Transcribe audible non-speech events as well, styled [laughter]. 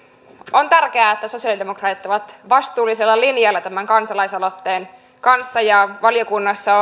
on tärkeää että sosiaalidemokraatit ovat vastuullisella linjalla tämän kansalaisaloitteen kanssa ja valiokunnassa [unintelligible]